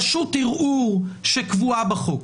רשות ערעור שקבועה בחוק.